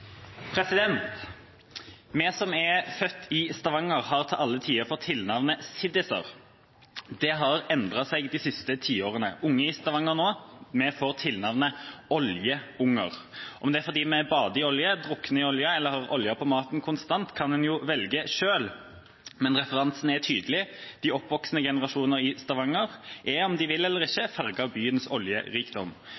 16. Vi som er født i Stavanger, har til alle tider fått tilnavnet siddiser. Det har endret seg de siste tiårene. Unge i Stavanger nå får tilnavnet oljeunger. Om det er fordi vi bader i olje, drukner i olje eller har olje konstant på maten, kan en jo velge selv, men referansen er tydelig: De oppvoksende generasjoner i Stavanger er, om de vil eller ikke, farget av byens